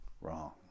Wrong